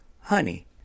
honey